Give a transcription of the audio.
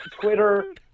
Twitter